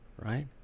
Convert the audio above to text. right